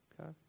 Okay